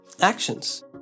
actions